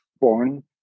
born